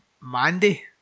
Mandy